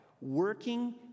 working